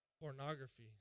Pornography